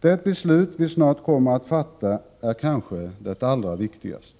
Det beslut vi snart kommer att fatta är kanske det allra viktigaste.